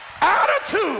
attitude